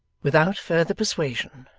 without further persuasion,